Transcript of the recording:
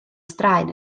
straen